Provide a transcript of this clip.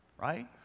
right